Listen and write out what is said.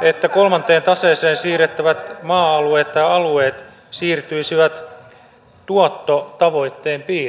että kolmanteen taseeseen siirrettävät maa alueet tai alueet siirtyisivät tuottotavoitteen piiriin